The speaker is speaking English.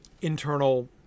internal